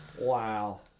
Wow